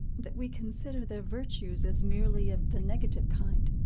that we consider their virtues as merely of the negative kind.